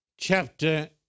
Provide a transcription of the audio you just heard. Chapter